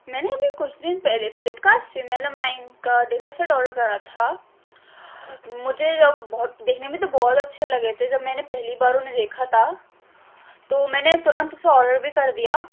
میں نے ابھی کچھ دن پہلے فلپ کارٹ سے میلو مائن کا ڈنر سیٹ آڈر کرا تھا مجھے اب بہت دیکھنے میں تو بہت اچھے لگے تھے جب میں نے پہلی بار انہیں دیکھا تھا تو میں نے ترنت سا آڈر بھی کر دیا